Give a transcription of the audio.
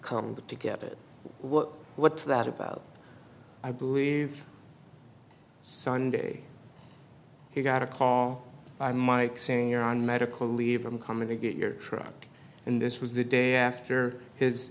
come to get it what's that about i believe sunday he got a call by mike saying you're on medical leave i'm coming to get your truck and this was the day after his